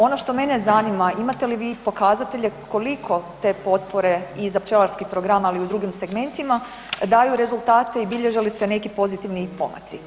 Ono što mene zanima, imate li vi pokazatelje koliko te potpore i za pčelarski program, ali i u drugim segmentima daju rezultate i bilježe li se neki pozitivni pomaci?